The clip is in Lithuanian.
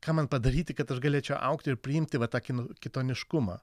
ką man padaryti kad aš galėčiau augti ir priimti va tą kitoniškumą